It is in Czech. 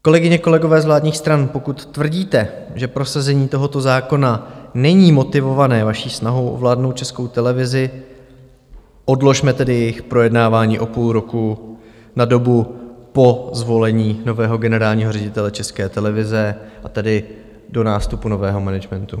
Kolegyně, kolegové z vládních stran, pokud tvrdíte, že prosazení tohoto zákona není motivované vaší snahou ovládnout Českou televizi, odložme tedy jejich projednávání o půl roku na dobu po zvolení nového generálního ředitele České televize, a tedy do nástupu nového managementu.